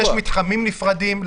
יש מתחמים נפרדים.